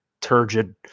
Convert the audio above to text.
turgid